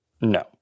No